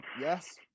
Yes